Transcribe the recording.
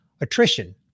attrition